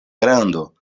grando